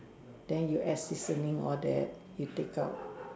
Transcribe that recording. then you add seasoning all that you take out